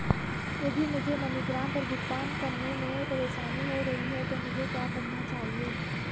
यदि मुझे मनीग्राम पर भुगतान करने में परेशानी हो रही है तो मुझे क्या करना चाहिए?